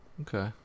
Okay